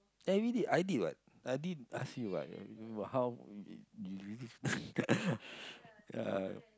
everyday I did what I did ask you what I remember how ya